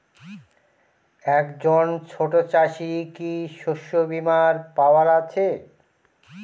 একজন ছোট চাষি কি শস্যবিমার পাওয়ার আছে?